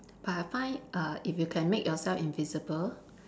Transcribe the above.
but I find uh if you can make yourself invisible